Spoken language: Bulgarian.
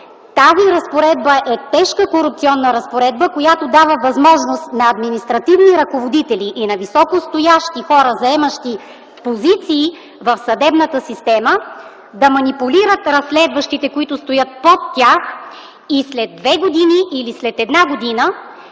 е тежка корупционна разпоредба, която дава възможност на административни ръководители и на високостоящи хора, заемащи позиции в съдебната система, да манипулират разследващите, които стоят под тях, и след две години или след една година